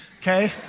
okay